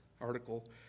article